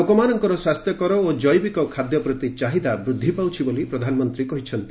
ଲୋକମାନଙ୍କର ସ୍ୱାସ୍ଥ୍ୟକର ଓ କୈବିକ ଖାଦ୍ୟ ପ୍ରତି ଚାହିଦା ବୃଦ୍ଧି ପାଉଛି ବୋଲି ପ୍ରଧାନମନ୍ତ୍ରୀ କହିଛନ୍ତି